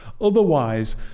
Otherwise